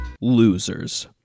losers